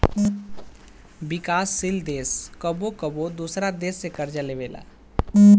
विकासशील देश कबो कबो दोसरा देश से कर्ज लेबेला